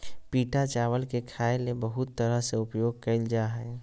पिटा चावल के खाय ले बहुत तरह से उपयोग कइल जा हइ